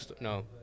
no